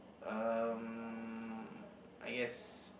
um I guess